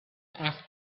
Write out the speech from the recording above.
asked